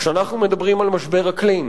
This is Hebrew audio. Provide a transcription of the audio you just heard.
כשאנחנו מדברים על משבר אקלים,